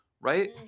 right